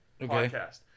podcast